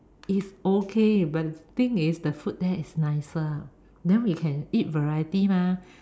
it's okay but the thing is the food there is nicer then we can eat variety mah